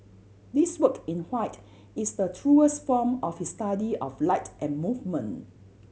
this work in white is the truest form of his study of light and movement